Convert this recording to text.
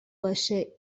باشه